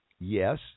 Yes